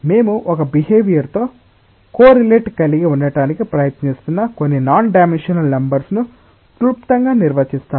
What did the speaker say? మేము ఈ బిహేవియర్ తో కోరిలేట్ కలిగి ఉండటానికి ప్రయత్నిస్తున్న కొన్ని నాన్ డైమెన్షనల్ నంబర్స్ ను క్లుప్తంగా నిర్వచిస్తాము